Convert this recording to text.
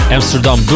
Amsterdam